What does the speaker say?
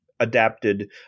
adapted